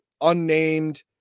unnamed